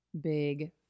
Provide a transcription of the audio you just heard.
big